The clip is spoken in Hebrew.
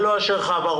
אני לא אאשר לך העברות,